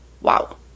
Wow